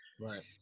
Right